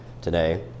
today